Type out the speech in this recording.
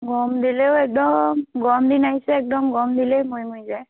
গৰম দিলেও একদম গৰম দিন আহিছে একদম গৰম দিলেই মৰি মৰি যায়